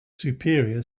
superior